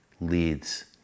leads